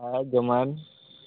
ᱡᱚᱢᱟᱭᱢᱮ